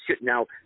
now